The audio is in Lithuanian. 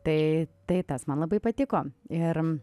tai tai tas man labai patiko ir